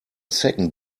second